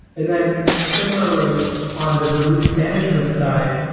and then similarly on the release management side,